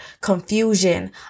confusion